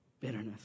bitterness